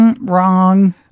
wrong